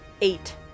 eight